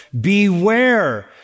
beware